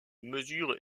mesure